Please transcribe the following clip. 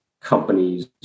companies